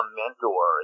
mentor